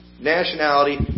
nationality